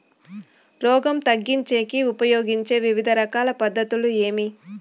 రోగం తగ్గించేకి ఉపయోగించే వివిధ రకాల పద్ధతులు ఏమి?